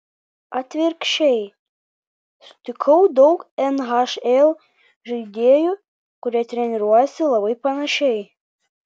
atvirkščiai sutikau daug nhl žaidėjų kurie treniruojasi labai panašiai